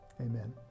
amen